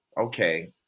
okay